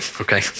okay